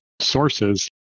sources